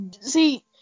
see